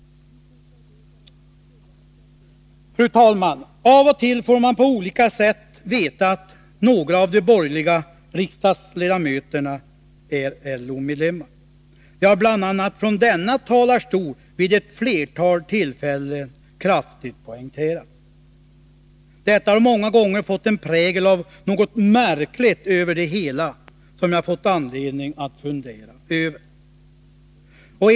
Fru talman! Av och till får man på olika sätt veta att några av de borgerliga riksdagsledamöterna är LO-medlemmar. De har bl.a. från denna talarstol vid ett flertal tillfällen kraftigt poängterat sitt medlemskap. Det har många gånger givits en prägel av något märkligt, vilket jag fått anledning att fundera över.